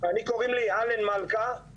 אני קוראים לי אלן מלכה,